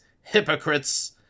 hypocrites